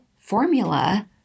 formula